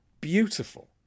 Beautiful